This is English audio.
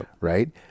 Right